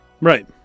right